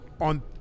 on